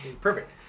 Perfect